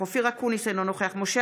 אינו נוכח אופיר אקוניס,